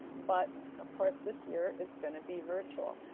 but of course this year it's gonna be virtual.